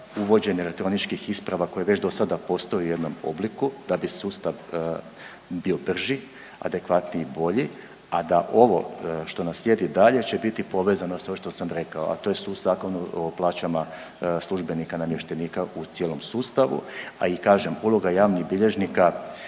uvođenje elektroničkih isprava koje već do sada postoji u jednom obliku da bi sustav bio brži, adekvatniji i bolji, a da ovo što nam slijedi dalje će biti povezano sa ovim što sam rekao, a to je Zakon o plaćama službenika, namještenika u cijelom sustavu. A i kažem, uloga javnih bilježnika